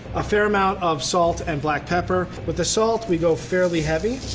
a fair amount of salt and black pepper. with the salt we go fairly heavy.